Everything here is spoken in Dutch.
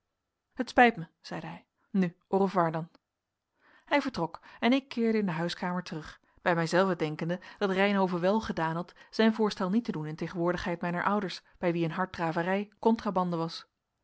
het spijt mij zeide hij nu au revoir dan hij vertrok en ik keerde in de huiskamer terug bij mijzelven denkende dat reynhove wel gedaan had zijn voorstel niet te doen in tegenwoordigheid mijner ouders bij wie een harddraverij contrabande was